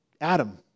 Adam